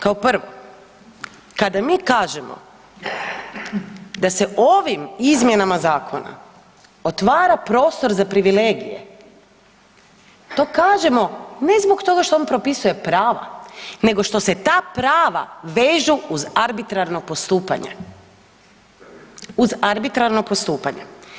Kao prvo kada mi kažemo da se ovim izmjenama zakona otvara prostor za privilegije to kažemo ne zbog toga što on propisuje prava, nego što se ta prava vežu uz arbitrarno postupanje, uz arbitrarno postupanje.